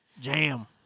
Jam